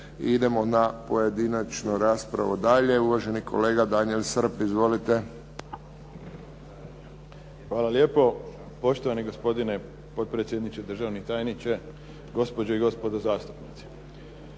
idemo na pojedinačnu raspravu dalje. Uvaženi kolega Daniel Srb. Izvolite. **Srb, Daniel (HSP)** Hvala lijepo. Poštovani gospodine potpredsjedniče, državni tajniče, gospođe i gospodo zastupnici.